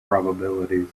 probabilities